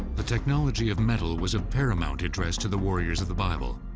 the technology of metal was of paramount interest to the warriors of the bible.